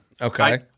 Okay